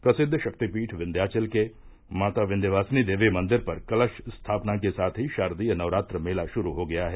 प्रसिद्व शक्तिपीठ विन्ध्याचल के माता विन्ध्यवासिनी देवी मंदिर पर कलश स्थापना के साथ ही शारदीय नवरात्र मेला शुरू हो गया है